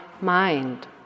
mind